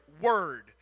word